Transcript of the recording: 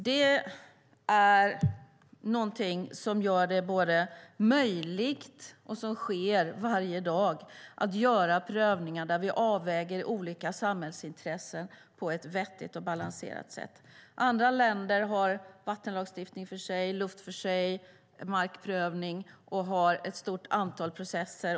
Det är något som gör det möjligt - vilket sker varje dag - att göra prövningar där vi avväger olika samhällsintressen på ett vettigt och balanserat sätt. Andra länder har vattenlagstiftning för sig, luftlagstiftning för sig och markprövning för sig och har ett stort antal processer.